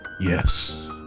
Yes